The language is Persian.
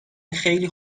خیلی